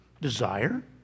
desire